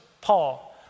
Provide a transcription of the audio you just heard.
Paul